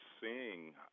seeing